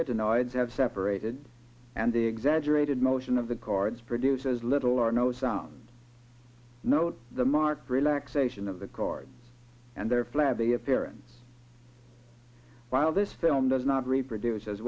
ides have separated and the exaggerated motion of the cards produces little or no sound note the mark relaxation of the card and their flabby appearance while this film does not reproduce as